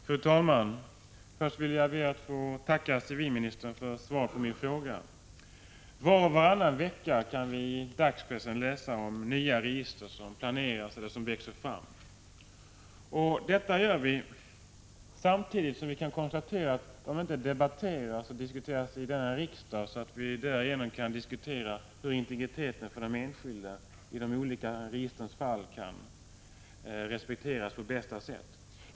Fru talman! Först ber jag att få tacka civilministern för svaret på min fråga. Var och varannan vecka kan vi i dagspressen läsa om nya register som planeras eller som växer fram. Detta gör vi samtidigt som vi kan konstatera att de inte debatteras i riksdagen så att vi därigenom kunde diskutera hur integriteten för den enskilde i de olika registren skall kunna respekteras på bästa sätt.